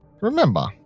remember